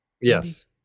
Yes